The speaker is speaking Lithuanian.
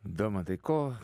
domantai ko